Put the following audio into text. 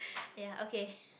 ya okay